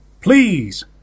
Please